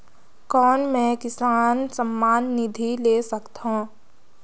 कौन मै किसान सम्मान निधि ले सकथौं?